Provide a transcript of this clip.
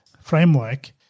framework